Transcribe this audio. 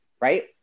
Right